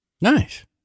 nice